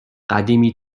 قدیمی